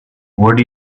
what